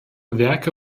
werke